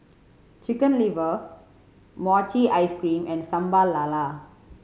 Chicken Liver mochi ice cream and Sambal Lala